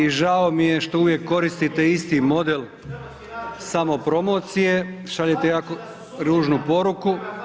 I žao mi je što uvijek koristite isti model samopromocije, šaljete jako ružnu poruku.